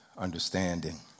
Understanding